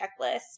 checklist